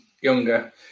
younger